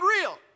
real